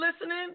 listening